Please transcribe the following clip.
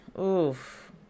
Oof